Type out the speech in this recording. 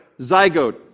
zygote